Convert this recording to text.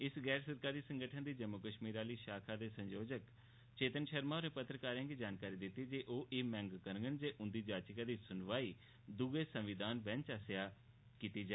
इस गैर सरकारी संगठन दी जम्मू कश्मीर आह्ली शाखा दे संयोजक चेतन शर्मा होरें पत्रकारें गी दस्सेआ जे ओह् एह् मंग करङन जे उंदी याचिका दी सुनवाई दुए संविधान बैंच आसेआ कीती जा